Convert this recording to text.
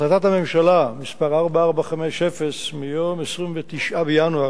החלטת הממשלה מס' 4450 מיום 29 בינואר